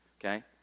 okay